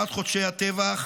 בתשעת חודשי הטבח